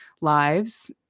lives